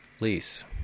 lease